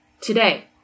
Today